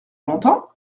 longtemps